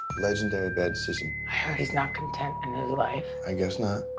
legendary bad decision. i heard he's not content in his life. i guess not.